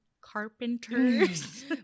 Carpenters